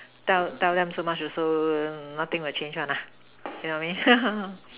tell tell them so much also nothing will change one lah you know what I mean